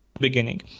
beginning